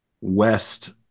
west